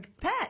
pet